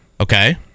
Okay